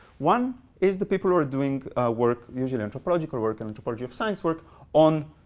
one is the people who are doing work usually anthropological work, and anthropology of science work on